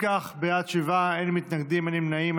אם כך, בעד, שבעה, אין מתנגדים, אין נמנעים.